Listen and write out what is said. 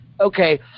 okay